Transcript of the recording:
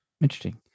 interesting